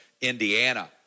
Indiana